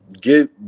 get